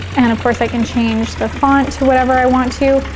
and of course i can change the font to whatever i want to.